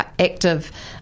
Active